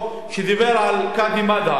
שדיבר על קאדי מד'הב,